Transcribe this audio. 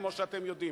כמו שאתם יודעים,